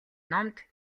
номд